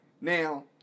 Now